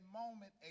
moment